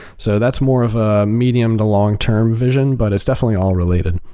so that's more of a medium to long term vision, but it's definitely all related.